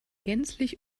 gänzlich